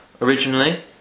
originally